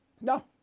No